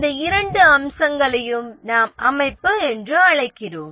இந்த இரண்டு அம்சங்களையும் நாம் அமைப்பு என்று அழைக்கிறோம்